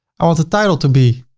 ah the title to be